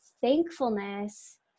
thankfulness